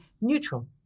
neutral